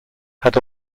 had